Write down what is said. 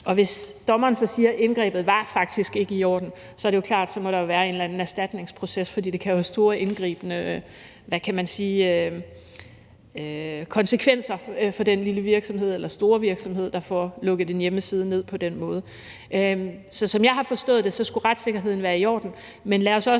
Og hvis dommeren så siger, at indgrebet faktisk ikke var i orden, så er det jo klart, at der må være en eller anden erstatningsproces, fordi det kan have store indgribende – hvad kan man sige – konsekvenser for den lille virksomhed eller store virksomhed, der får lukket en hjemmeside ned på den måde. Så som jeg har forstået det, skulle retssikkerheden være i orden,